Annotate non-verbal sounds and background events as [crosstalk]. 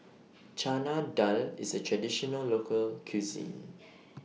Chana Dal IS A Traditional Local Cuisine [noise]